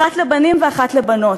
אחת לבנים ואחת לבנות.